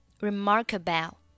remarkable